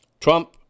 Trump